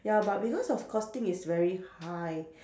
ya but because of costing is very high